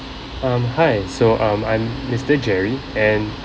um hi so um I'm mister jerry and